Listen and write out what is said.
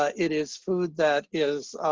ah it is food that is